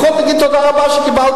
לפחות תגיד תודה רבה שקיבלת?